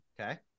Okay